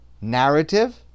narrative